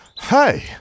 Hey